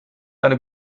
eine